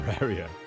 area